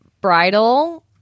bridal